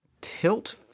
Tilt